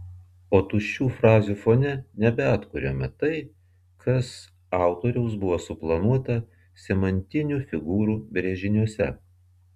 o tuščių frazių fone nebeatkuriama tai kas autoriaus buvo suplanuota semantinių figūrų brėžiniuose